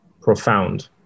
profound